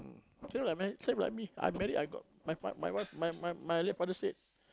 till like married same like me I married I got my fa~ my wife my my my late father said